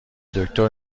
دکتر